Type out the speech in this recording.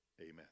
amen